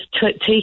take